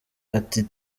ati